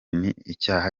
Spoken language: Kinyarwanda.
n’icyaha